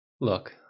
Look